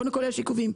קודם כול, יש עיכובים.